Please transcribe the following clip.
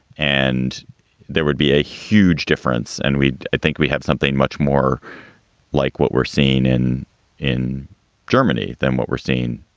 and there would be a huge difference. and we think we have something much more like what we're seeing in in germany than what we're seeing